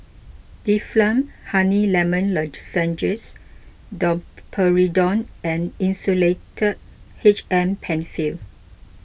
Difflam Honey Lemon Lozenges Domperidone and Insulatard H M Penfill